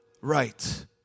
right